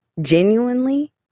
genuinely